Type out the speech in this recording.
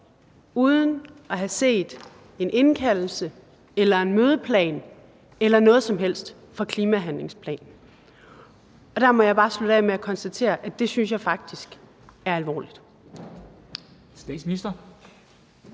uden at vi har set en indkaldelse eller en mødeplan eller noget som helst om klimahandlingsplanen. Der må jeg bare slutte af med at konstatere, at det synes jeg faktisk er alvorligt.